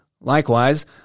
Likewise